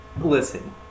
listen